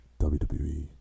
WWE